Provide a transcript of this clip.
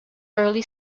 early